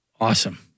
Awesome